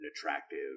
attractive